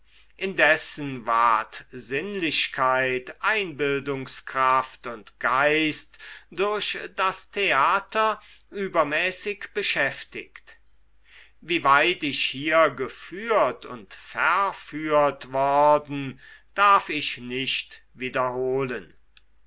indessen ward sinnlichkeit einbildungskraft und geist durch das theater übermäßig beschäftigt wie weit ich hier geführt und verführt worden darf ich nicht wiederholen